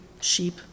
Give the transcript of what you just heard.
sheep